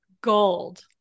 gold